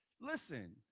Listen